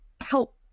help